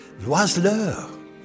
Loiseleur